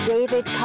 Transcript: David